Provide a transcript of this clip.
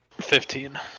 Fifteen